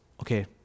okay